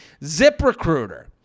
ZipRecruiter